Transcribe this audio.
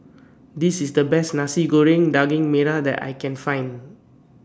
This IS The Best Nasi Goreng Daging Merah that I Can Find